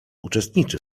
uczestniczy